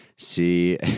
see